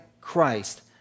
Christ